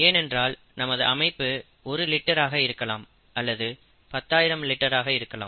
ஏனென்றால் நமது அமைப்பு 1 லிட்டராக இருக்கலாம் அல்லது 10000 லிட்டராக இருக்கலாம்